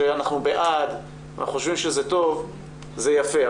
ש"אנחנו בעד", "אנחנו חושבים שזה טוב", זה יפה.